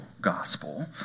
gospel